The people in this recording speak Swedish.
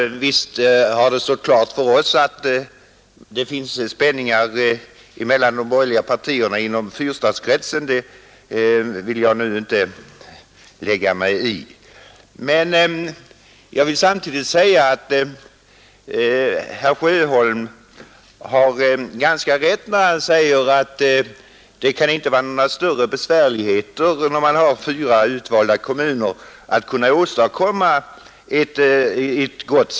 Visst har det stått klart för oss att det finns spänningar mellan de borgerliga partierna i fyrstadskretsen, men det vill jag inte lägga mig i. Jag vill dock samtidigt säga att herr Sjöholm har ganska rätt när han säger att det inte kan vara några större besvärligheter att åstadkomma ett gott samarbete när man har fyra utvalda kommuner.